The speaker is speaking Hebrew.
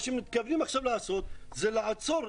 מה שמתכוונים עכשיו לעשות זה לעצור,